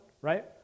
right